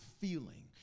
feeling